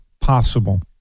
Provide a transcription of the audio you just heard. possible